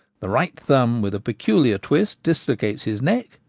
the right thumb, with a pecu liar twist, dislocates his neck,